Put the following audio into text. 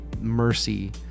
mercy